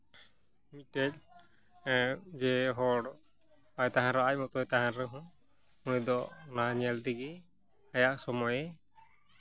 ᱢᱤᱫᱴᱮᱱ ᱡᱮ ᱦᱚᱲ ᱵᱟᱭ ᱛᱟᱦᱮᱱ ᱨᱮᱦᱚᱸ ᱟᱡ ᱢᱚᱛᱚᱭ ᱛᱟᱦᱮᱱ ᱨᱮᱦᱚᱸ ᱱᱩᱭ ᱫᱚ ᱱᱚᱣᱟ ᱧᱮᱞ ᱛᱮᱜᱮ ᱟᱭᱟᱜ ᱥᱚᱢᱚᱭᱮ